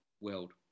world